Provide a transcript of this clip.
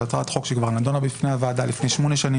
זו הצעת חוק שכבר נדונה בפני הוועדה לפני שמונה חמש,